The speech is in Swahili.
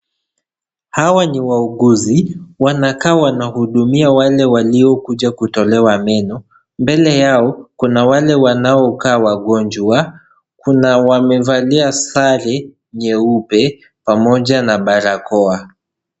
Hawa ni wauguzi, wanakaa wanahudumia wale waliokuja kutolewa meno. Mbele yao kuna wale wanaokaa wagonjwa, kuna wamevalia sare nyeupe pamoja na barakoa.